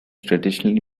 traditionally